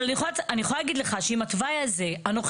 אבל אני יכולה להגיד לך שעם התוואי הזה הנוכחי,